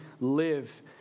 live